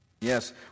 Yes